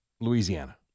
Louisiana